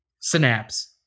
synapse